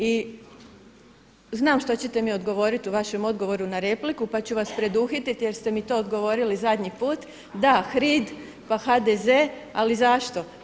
I znam što ćete mi odgovoriti u vašem odgovoru na repliku pa ću vas preduhitriti jer ste mi to odgovorili zadnji put, da HRID pa HDZ ali zašto?